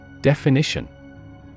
Definition